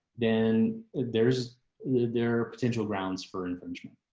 then there's the their potential grounds for infringement.